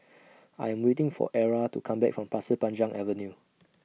I Am waiting For Era to Come Back from Pasir Panjang Avenue